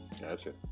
gotcha